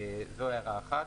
זו הערה אחת.